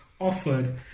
offered